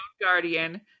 guardian